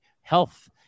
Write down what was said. health